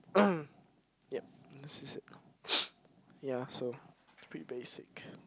yup this is it yeah so it's pretty basic